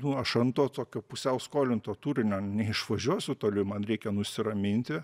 nu aš ant to tokio pusiau skolinto turinio neišvažiuosiu toli man reikia nusiraminti